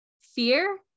Fear